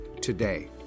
today